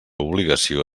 obligació